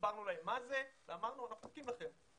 הסברנו להם מה זה ואמרנו שאנחנו מחכים לכם.